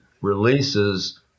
releases